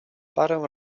parę